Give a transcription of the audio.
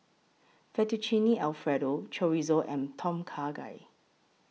Fettuccine Alfredo Chorizo and Tom Kha Gai